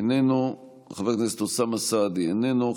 איננו, חבר הכנסת אוסאמה סעדי, איננו.